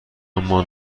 اما